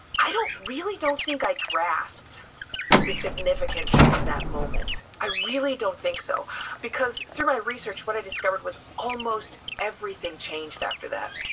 i really don't think i grasped the significance of that moment. i really don't think so because through my research what i discovered was almost everything changed after that.